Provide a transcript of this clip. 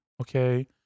Okay